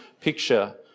picture